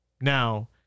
Now